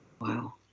Wow